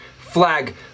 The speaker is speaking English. flag